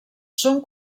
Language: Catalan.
són